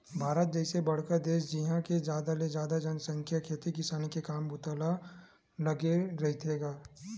भारत जइसे बड़का देस जिहाँ के जादा ले जादा जनसंख्या खेती किसानी के काम बूता म लगे रहिथे गा